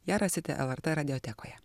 ją rasite lrt radiotekoje